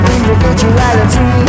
Individuality